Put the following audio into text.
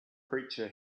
creature